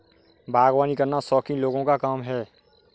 बागवानी करना शौकीन लोगों का काम है